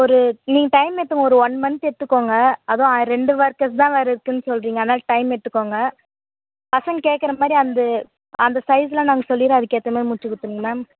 ஒரு நீங்கள் டைம் எடுத்துக்கோங்க ஒரு ஒன் மந்த் எடுத்துக்கோங்க அதுவும் ரெண்டு ஒர்க்கர்ஸ் தான் வேறு இருக்குதுனு சொல்கிறீங்க அதனால டைம் எடுத்துக்கோங்க பசங்கள் கேட்குற மாதிரி அந்த அந்த சைஸெலாம் நாங்கள் சொல்லிடுறோம் அதுக்கேற்ற மாதிரி முடித்து கொடுத்துருங்க மேம்